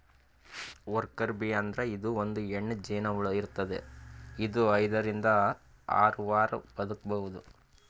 worker bee ಅಂದ್ರ ಇದು ಒಂದ್ ಹೆಣ್ಣ್ ಜೇನಹುಳ ಇರ್ತದ್ ಇದು ಐದರಿಂದ್ ಆರ್ ವಾರ್ ಬದ್ಕಬಹುದ್